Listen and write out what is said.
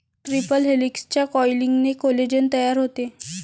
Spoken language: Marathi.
ट्रिपल हेलिक्सच्या कॉइलिंगने कोलेजेन तयार होते